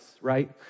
right